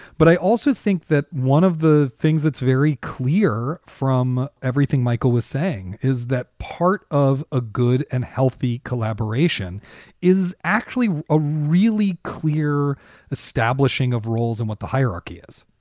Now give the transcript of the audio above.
but i also think that one of the things that's very clear from everything michael was saying is that part of a good and healthy collaboration is actually a really clear establishing of roles and what the hierarchy is.